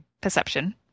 perception